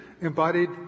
embodied